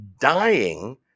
dying